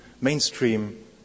mainstream